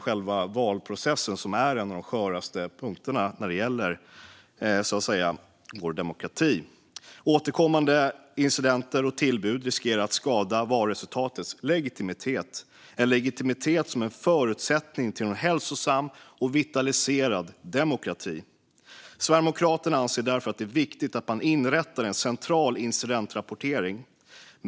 Själva valprocessen är en av de sköraste punkterna när det gäller vår demokrati. Återkommande incidenter och tillbud riskerar att skada valresultatets legitimitet - en legitimitet som är en förutsättning för en hälsosam och vitaliserad demokrati. Sverigedemokraterna anser därför att det är viktigt att inrätta en central incidentrapportering.